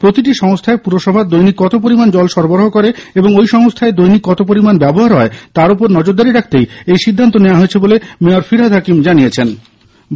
প্রতিটি সংস্হায় পুরসভা দৈনিক কত পরিমাণ জল সরবরাহ করে এবং ওই সংস্হায় দৈনিক কত পরিমাণ ব্যবহার হয় তার ওপর নজরদারি রাখতেই এই সিদ্ধান্ত নেওয়া হয়েছে বলে মেয়র ফিরহাদ হাকিম জানিয়েছেন